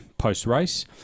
Post-race